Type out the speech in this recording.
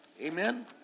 Amen